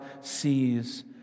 sees